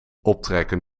optrekken